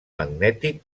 magnètic